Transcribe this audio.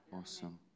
Awesome